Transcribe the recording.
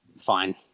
Fine